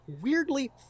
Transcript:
weirdly